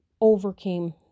overcame